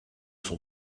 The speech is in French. son